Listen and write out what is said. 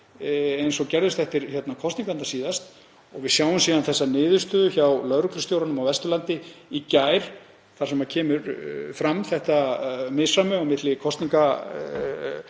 eins og gerðust eftir kosningarnar síðast og við sjáum síðan þessa niðurstöðu hjá lögreglustjóranum á Vesturlandi í gær, þar sem kemur fram þetta misræmi á milli kosningalaga